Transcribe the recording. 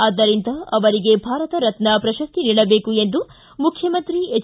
ಆದ್ದರಿಂದ ಅವರಿಗೆ ಭಾರತ ರತ್ನ ಪ್ರಶಸ್ತಿ ನೀಡಬೇಕು ಎಂದು ಮುಖ್ಯಮಂತ್ರಿ ಎಚ್